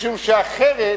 משום שאחרת